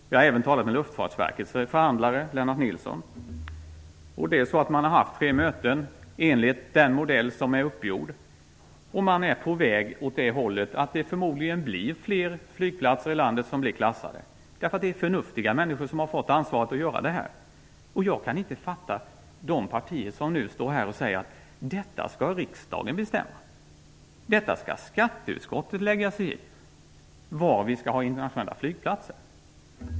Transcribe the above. Jag har även talat med Luftfartsverkets förhandlare Lennart Nilsson. Man har haft tre möten enligt den uppgjorda modellen. Man är på väg åt det hållet att fler flygplatser i landet förmodligen kommer att klassas, eftersom förnuftiga människor har fått ansvaret för det här. Jag kan inte förstå de partier som står här och säger att detta skall riksdagen bestämma och att skatteutskottet skall lägga sig i var vi skall ha internationella flygplatser.